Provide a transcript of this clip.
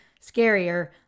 scarier